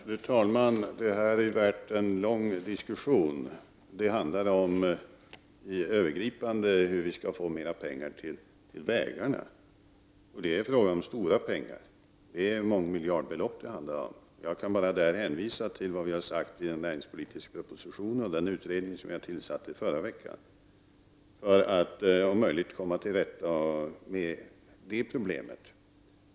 Fru talman! Det här är värt en lång diskussion. Det handlar övergripande om hur vi skall kunna få mer pengar till vägarna. Det är fråga om stora pengar — det handlar om mångmiljardbelopp. Jag kan bara hänvisa till vad vi har sagt i den näringspolitiska propositionen och till den utredning som jag tillsatte i förra veckan om möjligheterna att komma till rätta med problemen.